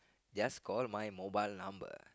just call my mobile number